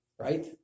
right